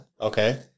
Okay